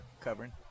covering